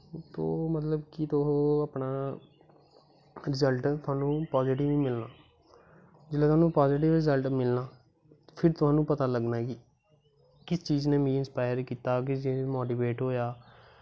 तो मतलब कि तुस अपना रज़ल्ट थोआनू पाज़िटिव मिलना जिसलै तुसें गी पाज़िटिव रज़ल्ट मिलना फिर तोआनू पता लग्गना कि किस चीज़ नै मिगी इंस्पायर कीता कि कि'यां मोटीवैट होआ